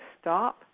stop